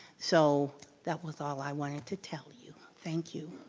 so that was all i wanted to tell you, thank you.